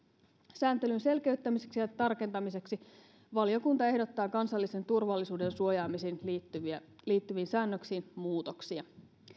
sääntelyn selkeyttämiseksi ja tarkentamiseksi valiokunta ehdottaa kansallisen turvallisuuden suojaamiseen liittyviin säännöksiin muutoksia